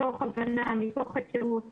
התיק המשיך להליך חקירתי אבל לא בהליך מעצר.